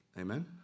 Amen